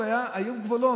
היו גבולות,